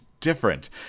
Different